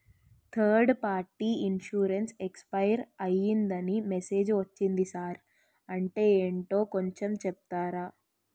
Third party insurance expire అయ్యిందని message ఒచ్చింది sir అంటే ఏంటో కొంచె చెప్తారా?